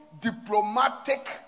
diplomatic